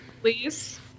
Please